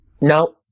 No